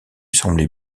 semblait